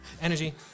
energy